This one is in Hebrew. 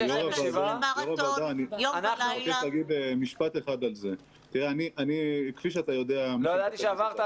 אם לא ייכנסו למרתון יום ולילה --- אני יודע שיש להם ישיבה.